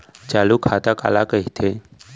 चालू खाता काला कहिथे?